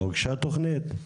הוגשה תוכנית?